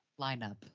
lineup